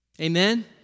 Amen